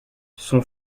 son